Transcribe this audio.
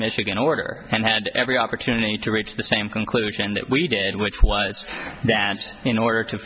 michigan order had every opportunity to reach the same conclusion that we did which was that in order to